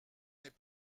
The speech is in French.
n’est